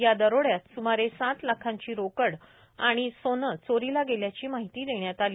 या दरोड्यात सुमारे सात लाखांची रोकड आणि सोने चोरीला गेल्याची माहिती देण्यात आली